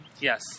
Yes